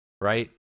right